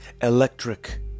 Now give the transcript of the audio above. electric